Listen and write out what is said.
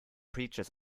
preachers